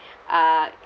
uh